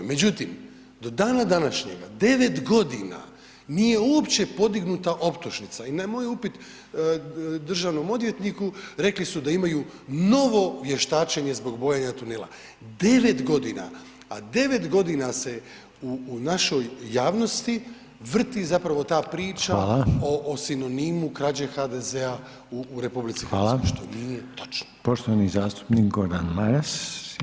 Međutim, do dana današnjega 9 godina nije uopće podignuta optužnica i na moj upit državnom odvjetniku rekli su da imaju novo vještačenje zbog bojenja tunela, 9 godina, a 9 godina se u našoj javnosti vrti zapravo ta priča [[Upadica: Hvala.]] o sinonimu krađe HDZ-a u RH, [[Upadica: Hvala.]] što nije točno.